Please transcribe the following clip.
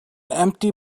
empty